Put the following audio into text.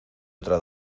otra